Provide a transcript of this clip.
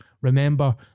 Remember